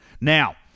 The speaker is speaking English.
Now